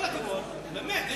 המוצע צריך